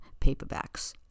paperbacks